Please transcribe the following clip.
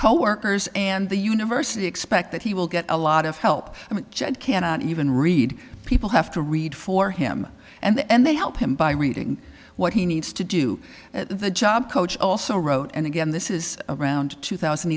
coworkers and the university expect that he will get a lot of help cannot even read people have to read for him and they help him by reading what he needs to do the job coach also wrote and again this is around two thousand